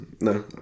no